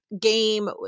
game